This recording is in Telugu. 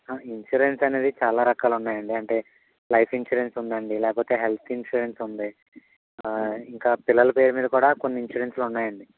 ఇన్సూరెన్స్ అనేది చాలా రకాలు ఉన్నాయండి అంటే లైఫ్ ఇన్సూరెన్స్ ఉందండి లేకపోతే హెల్త్ ఇన్సూరెన్స్ ఉంది ఇంకా పిల్లల పేరు మీద కూడా కొన్ని ఇన్సూరెన్సులు ఉన్నాయండి